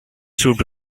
should